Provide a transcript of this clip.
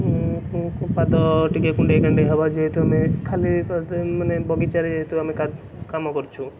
କୁଁ କୁଁ କୁଁ ପାଦ ଟିକେ କୁଣ୍ଡେଇ କାଣ୍ଡେଇ ହବା ଯେହେତୁ ଆମେ ଖାଲି ପାଦ ମାନେ ବଗିଚାରେ ଯେହେତୁ ଆମେ କା କାମ କରିଛୁ